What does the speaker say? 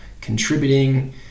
contributing